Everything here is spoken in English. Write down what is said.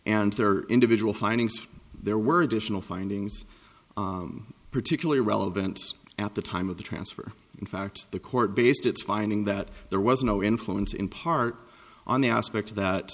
their individual findings there were additional findings particularly relevant at the time of the transfer in fact the court based its finding that there was no influence in part on the aspect that